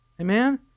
Amen